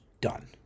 done